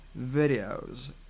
videos